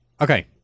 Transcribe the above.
Okay